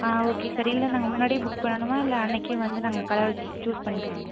okay sir இல்லை நாங்கள் முன்னாடியே புக் பண்ணணுமா இல்லை அன்றைக்கே வந்து நாங்கள் வந்து கலரை சூஸ் பண்ணிக்கலாமா